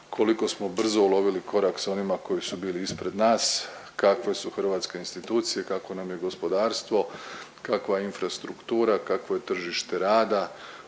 koliko smo brzo ulovili korak s onima koji su bili ispred nas, kakve su hrvatske institucije, kakvo nam je gospodarstvo, kakva infrastruktura, kakvo je tržište rada,